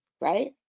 right